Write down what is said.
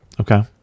Okay